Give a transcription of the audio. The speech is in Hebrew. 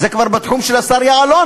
זה כבר בתחום של השר יעלון.